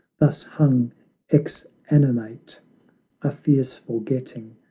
thus hung exanimate a fierce forgetting,